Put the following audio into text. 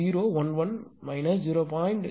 011 j0